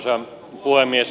arvoisa puhemies